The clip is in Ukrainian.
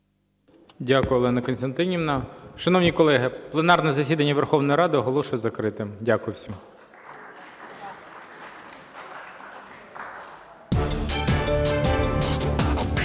Дякую, Олена Костянтинівна. Шановні колеги, пленарне засідання Верховної Ради оголошую закритим. Дякую всім.